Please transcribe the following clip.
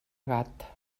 gat